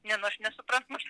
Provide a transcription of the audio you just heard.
ne nu aš nesuprantu